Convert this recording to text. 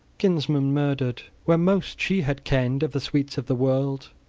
kinsmen murdered, where most she had kenned of the sweets of the world!